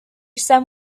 son